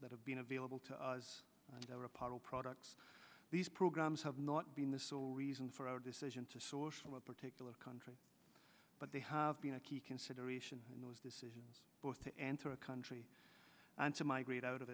that have been available to us as they are a part of products these programs have not been the sole reason for our decision to source from a particular country but they have been a key consideration in those decisions both to enter a country and to migrate out of